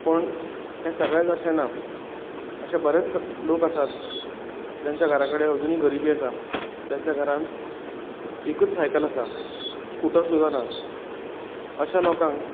पूण हें सगळेंच अशें ना अशें बरेच लोक आसात जांच्या घरा कडेन अजुनूय गरीबी आसा तांच्या घरांत एकच सायकल आसा स्कूटर सुद्दां ना अशां लोकांक